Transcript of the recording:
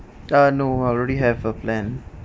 uh no I already have a plan